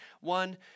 One